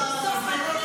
זאת ביזה,